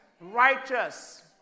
righteous